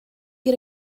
get